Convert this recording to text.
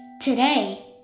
today